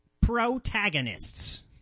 protagonists